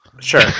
Sure